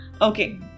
Okay